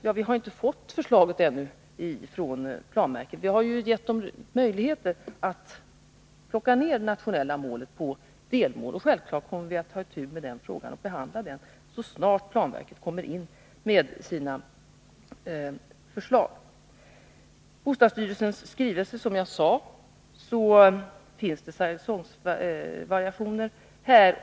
Vi har ännu inte fått förslaget från planverket. Vi har gett verket möjligheter att plocka ned det 6 nationella målet i delmål, och vi kommer självfallet att ta itu med den frågan så snart planverket kommer in med sina förslag. När det gäller bostadsstyrelsens skrivelse finns det, som jag sade, säsongvariationer.